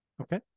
Okay